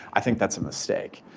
i think that's a mistake.